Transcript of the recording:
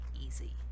easy